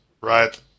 right